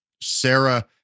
Sarah